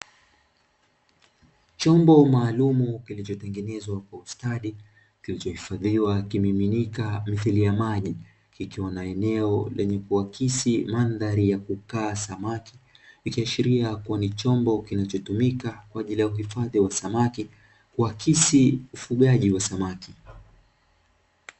Chombo maalum kilichotengenezwa kwa ustadi kilichohifadhiwa kimiminika mithili ya maji likiwa na eneo lenye kuakisi mandhari ya kukaa samaki ikiashiria kuwa ni chombo kinachotumika kwa ajili ya kuhifadhi wa samaki kuakisi ufugaji wa samaki.